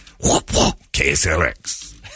KSLX